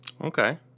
Okay